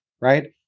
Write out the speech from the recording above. right